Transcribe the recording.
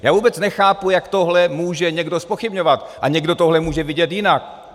Já vůbec nechápu, jak tohle může někdo zpochybňovat a někdo tohle může vidět jinak.